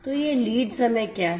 तो यह लीड समय क्या है